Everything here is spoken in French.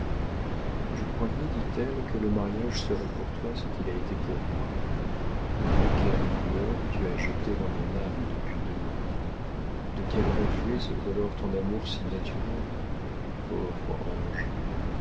je croyais dit-elle que le mariage serait pour toi ce qu'il a été pour moi quelles lueurs tu as jetées dans mon âme depuis deux mois de quels reflets se colore ton amour si naturel pauvre ange